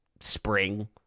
spring